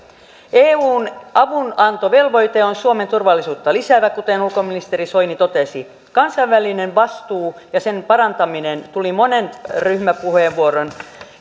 eun avunantovelvoite on suomen turvallisuutta lisäävä kuten ulkoministeri soini totesi kansainvälinen vastuu ja sen parantaminen tuli monen ryhmäpuheenvuoron